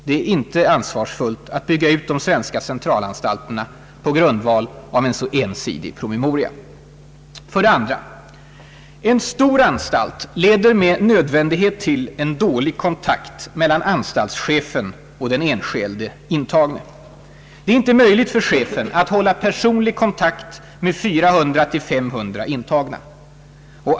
Det är inte ansvarsfullt att bygga ut de svenska centralanstalterna på grundval av en så ensidig promemoria. 2. En stor anstalt leder med nödvändighet till en dålig kontakt mellan anstaltschefen och den enskilde intagne. Det är inte möjligt för chefen att hålla personlig kontakt med 400—500 intagna.